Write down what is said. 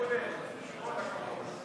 תודה לך, אדוני היושב-ראש.